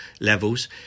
levels